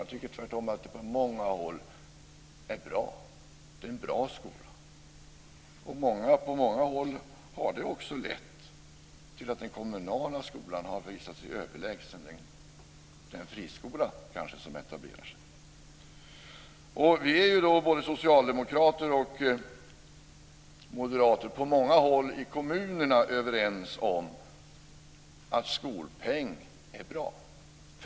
Jag tycker att det på många håll är en bra skola. På många håll har det också lett till att den kommunala skolan har visat sig överlägsen den friskola som etablerat sig. På många håll i kommunerna är socialdemokrater och moderater överens om att skolpeng är bra.